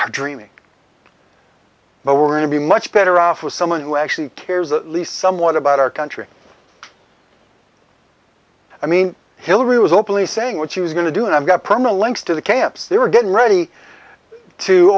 i dreaming but we're going to be much better off with someone who actually cares at least somewhat about our country i mean hillary was openly saying what she was going to do and i've got perma links to the camps they were getting ready to